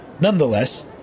Nonetheless